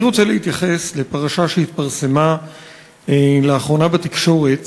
אני רוצה להתייחס לפרשה שהתפרסמה לאחרונה בתקשורת